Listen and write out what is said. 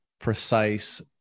precise